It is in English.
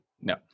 No